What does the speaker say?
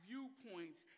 viewpoints